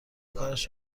کارش